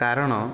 କାରଣ